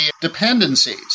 dependencies